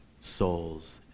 souls